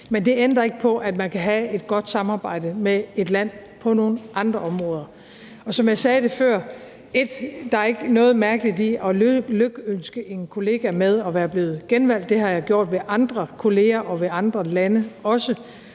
Men det ændrer ikke på, at man kan have et godt samarbejde med et land på nogle andre områder. Og som jeg sagde det før, er der ikke noget mærkeligt i at lykønske en kollega med at være blevet genvalgt. Det har jeg gjort ved andre kolleger og ved andre lande også,